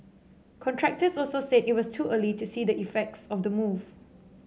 contractors also said it was too early to see the effects of the move